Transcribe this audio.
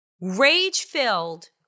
Rage-filled